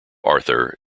arthur